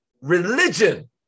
religion